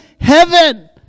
heaven